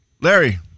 Larry